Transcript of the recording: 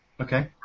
Okay